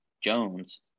Jones